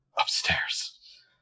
upstairs